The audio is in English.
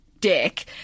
dick